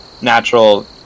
natural